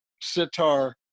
sitar